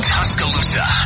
Tuscaloosa